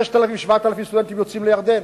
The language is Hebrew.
7,000-6,000 סטודנטים יוצאים לירדן.